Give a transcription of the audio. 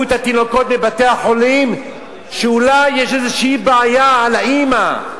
את התינוקות מבתי-החולים כי אולי יש איזו בעיה לאמא,